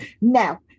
now